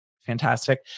fantastic